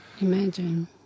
imagine